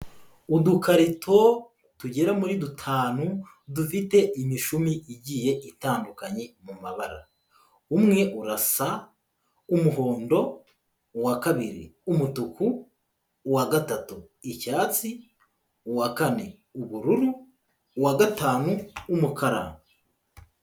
Udukarito tugera muri dutanu dufite imishumi igiye itandukanye mu mabara. Umwe urasa umuhondo, uwa kabiri umutuku, uwa gatatu icyatsi, uwa kane ubururu, uwa gatanu umukara.